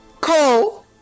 Cole